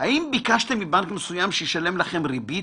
האם ביקשתם מבנק מסוים שישלם לכם ריבית?